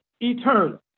eternal